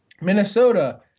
Minnesota